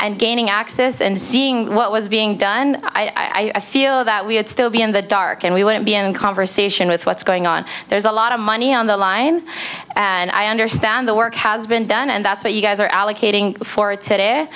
and gaining access and seeing what was being done i feel that we had still be in the dark and we wouldn't be in conversation with what's going on there's a lot of money on the line and i understand the work has been done and that's what you guys are allocating for today but there